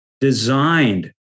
designed